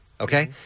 Okay